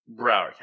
Broward